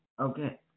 Okay